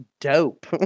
dope